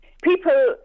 People